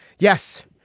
yes.